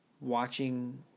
watching